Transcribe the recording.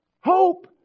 Hope